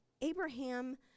Abraham